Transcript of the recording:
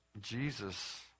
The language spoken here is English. Jesus